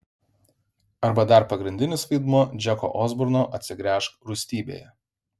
arba dar pagrindinis vaidmuo džeko osborno atsigręžk rūstybėje